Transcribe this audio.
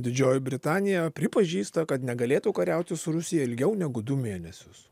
didžioji britanija pripažįsta kad negalėtų kariauti su rusija ilgiau negu du mėnesius